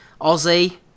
Aussie